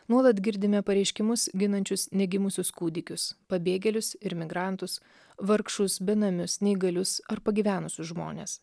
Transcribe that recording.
nuolat girdime pareiškimus ginančius negimusius kūdikius pabėgėlius ir migrantus vargšus benamius neįgalius ar pagyvenusius žmones